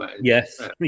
Yes